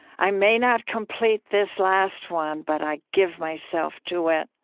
i may not complete this last one but i give myself to it.